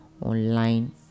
online